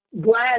glad